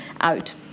out